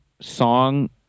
song